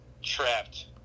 Trapped